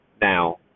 now